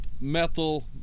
metal